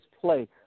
play